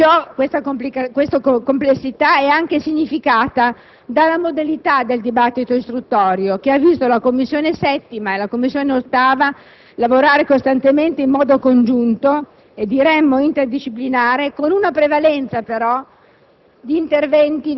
Da tale assunto parte questo provvedimento legislativo, che incrocia i temi dello sport e della sua funzione sociale a quelli delle regole del mercato e della comunicazione. Tale intreccio è complicato